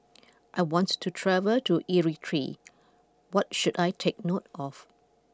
I want to travel to Eritrea what should I take note of